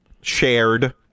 shared